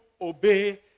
obey